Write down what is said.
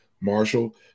Marshall